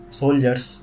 soldiers